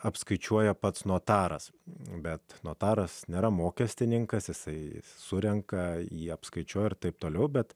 apskaičiuoja pats notaras bet notaras nėra mokestininkas jisai surenka jį apskaičiuoja ir t t bet